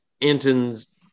Anton's